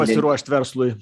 pasiruošt verslui